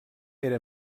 era